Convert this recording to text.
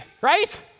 right